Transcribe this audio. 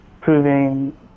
proving